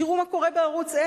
תראו מה קורה בערוץ-10.